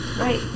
Right